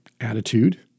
attitude